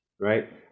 right